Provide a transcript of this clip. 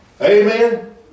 Amen